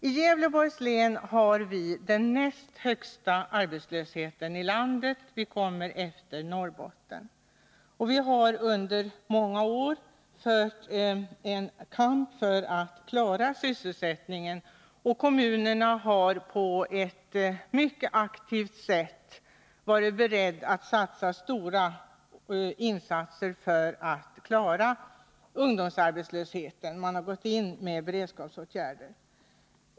I Gävleborgs län har vi den näst högsta arbetslösheten i landet; vi kommer efter Norrbotten. Under många år har vi fört en kamp för att värna sysselsättningen. Kommunerna har på ett mycket aktivt sätt varit beredda att göra stora insatser för att klara ungdomsarbetslösheten. Man har gått in med beredskapsåtgärder.